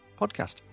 podcast